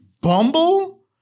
Bumble